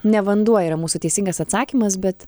ne vanduo yra mūsų teisingas atsakymas bet